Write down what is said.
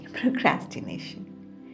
procrastination